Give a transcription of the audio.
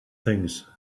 things